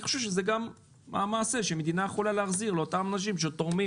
אני חושב שזה גם מעשה שמדינה יכולה להחזיר לאותם אנשים שתורמים